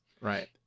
Right